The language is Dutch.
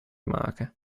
maken